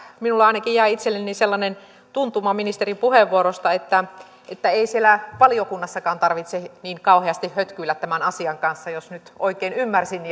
ainakin minulle itselleni jäi sellainen tuntuma ministerin puheenvuorosta että että ei siellä valiokunnassakaan tarvitse niin kauheasti hötkyillä tämän asian kanssa jos nyt oikein ymmärsin